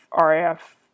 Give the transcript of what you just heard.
RAF